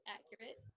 Accurate